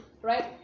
right